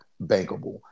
bankable